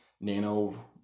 nano